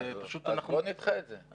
אז בוא נדחה את זה.